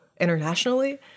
internationally